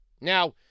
Now